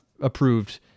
approved